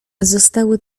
zostały